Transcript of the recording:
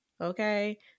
okay